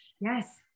Yes